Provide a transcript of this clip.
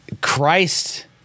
Christ